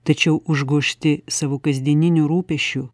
tačiau užgožti savo kasdieninių rūpesčių